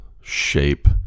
shape